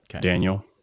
Daniel